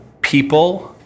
people